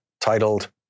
titled